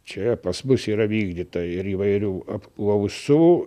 čia pas mus yra vykdyta ir įvairių apklausų